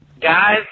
Guys